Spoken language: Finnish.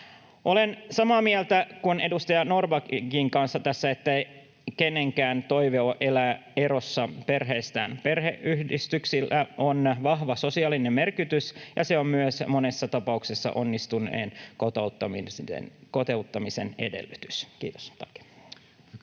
Olen samaa mieltä edustaja Norrbackin kanssa tästä, että kenenkään toive ei ole elää erossa perheestään. Perheenyhdistämisellä on vahva sosiaalinen merkitys, ja se on myös monessa tapauksessa onnistuneen kotouttamisen edellytys. — Kiitos,